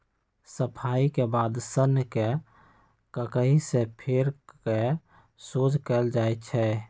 सफाई के बाद सन्न के ककहि से फेर कऽ सोझ कएल जाइ छइ